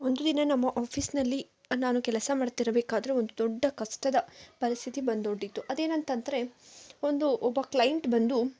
ಒಂದು ದಿನ ನಮ್ಮ ಆಫೀಸ್ನಲ್ಲಿ ನಾನು ಕೆಲಸ ಮಾಡುತ್ತಿರಬೇಕಾದ್ರೆ ಒಂದು ದೊಡ್ಡ ಕಷ್ಟದ ಪರಿಸ್ಥಿತಿ ಬಂದೊಡ್ಡಿತು ಅದೇನುಂತ ಅಂದ್ರೆ ಒಂದು ಒಬ್ಬ ಕ್ಲೈಂಟ್ ಬಂದು